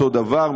אותו דבר,